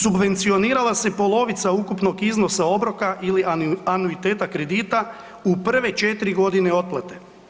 Subvencionirala se polovica ukupnog iznosa obroka ili anuiteta kredita u prve 4.g. otplate.